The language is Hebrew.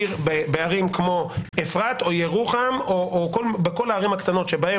בערים כמו אפרת או ירוחם בכל הערים הקטנות שבהן